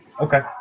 Okay